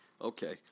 Okay